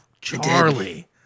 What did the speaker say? Charlie